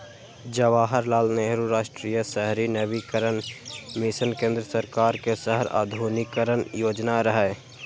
जवाहरलाल नेहरू राष्ट्रीय शहरी नवीकरण मिशन केंद्र सरकार के शहर आधुनिकीकरण योजना रहै